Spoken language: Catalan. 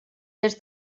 des